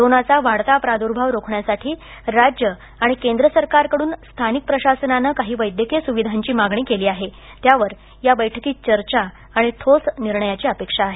कोरोनाचा वाढता प्राद्र्भाव रोखण्यासाठी राज्य आणि केंद्र सरकारकडून स्थानिक प्रशासनानं काही वैद्यकीय सूविधांची मागणी केली आहे त्यावर या बैठकीत चर्चा आणि ठोस निर्णयाची अपेक्षा आहे